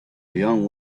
young